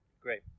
Great